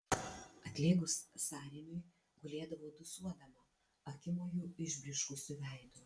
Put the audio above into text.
atlėgus sąrėmiui gulėdavo dūsuodama akimoju išblyškusiu veidu